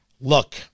Look